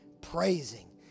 praising